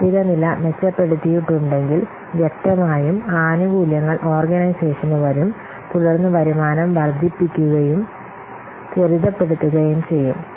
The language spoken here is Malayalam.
സാമ്പത്തിക നില മെച്ചപ്പെടുത്തിയിട്ടുണ്ടെങ്കിൽ വ്യക്തമായും ആനുകൂല്യങ്ങൾ ഓർഗനൈസേഷന് വരും തുടർന്ന് വരുമാനം വർദ്ധിപ്പിക്കുകയും ത്വരിതപ്പെടുത്തുകയും ചെയ്യും